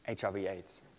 HIV/AIDS